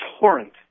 torrent